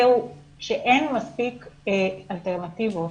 כשאין מספיק אלטרנטיבות